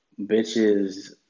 bitches